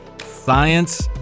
Science